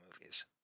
movies